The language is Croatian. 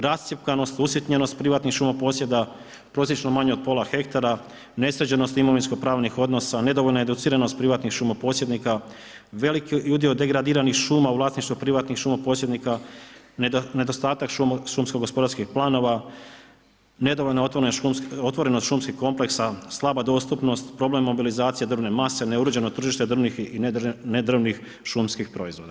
Rascjepkanost, usjetnjenost privatno šumo posjeda, prosječno manje od pola hektara, nesređenost imovinsko pravnih odnosa, nedovoljno educiranih privatnih šumoposjednika, veliki udio degradiranih šuma u vlasništvu privatnih šumoposjednika, nedostatak šumsko gospodarskih planova, nedovoljno otvoreno šumskih kompleksa, slaba dostupnost, problem mobilizacije drvne mase, neuređeno tržište drvnih i nedrevnih šumskih proizvoda.